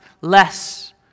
less